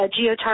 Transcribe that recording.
geotarget